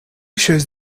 shows